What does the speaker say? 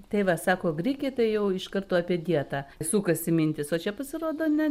tai va sako grikiai tai jau iš karto apie dietą sukasi mintys o čia pasirodo ne